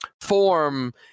form